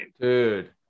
dude